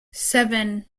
seven